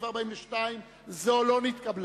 39 אושר לפי נוסח הוועדה.